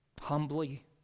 Humbly